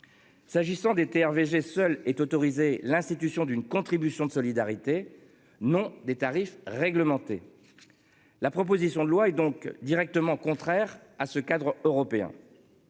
S'agissant des TRV VG seule est autorisée, l'institution d'une contribution de solidarité non des tarifs réglementés. La proposition de loi et donc directement contraires à ce cadre européen.--